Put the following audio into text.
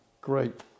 great